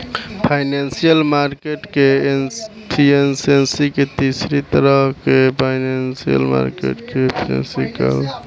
financial market के efficiency के तीसर तरह के इनफॉरमेशनल मार्केट एफिशिएंसी कहाला